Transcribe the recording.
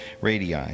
radii